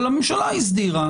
אבל הממשלה הסדירה.